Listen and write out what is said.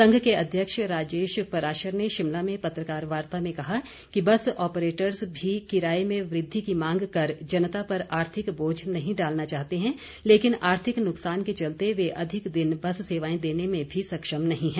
संघ के अध्यक्ष राजेश पराशर ने शिमला में पत्रकार वार्ता में कहा कि बस ऑपरेटर्स भी किराए में वृद्धि की मांग कर जनता पर आर्थिक बोझ नहीं डालना चाहते हैं लेकिन आर्थिक नुकसान के चलते वे अधिक दिन बस सेवाएं देने में भी सक्षम नहीं हैं